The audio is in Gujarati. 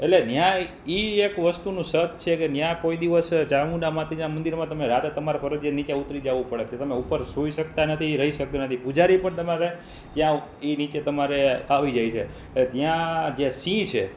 એટલે ત્યાં એક વસ્તુનું સત છે કે ત્યાં કોઈ દિવસ ચામુંડા માતાજીના મંદિરમાં તમે રાત્રે તમારે ફરજિયાત નીચે ઉતરી જવું પડે તે તમે ઉપર સૂઈ શકતા નથી રહી શકતા નથી પૂજારી પણ તમારે ત્યાં એ નીચે તમારે આવી જાય છે એટલે ત્યાં જે સિંહ છે